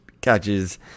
catches